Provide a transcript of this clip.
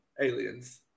Aliens